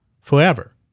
forever